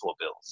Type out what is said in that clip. bills